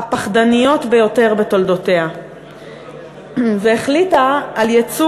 הפחדניות ביותר בתולדותיה והחליטה על ייצוא